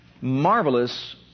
Marvelous